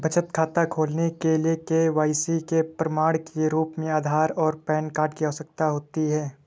बचत खाता खोलने के लिए के.वाई.सी के प्रमाण के रूप में आधार और पैन कार्ड की आवश्यकता होती है